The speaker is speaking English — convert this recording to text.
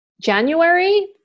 January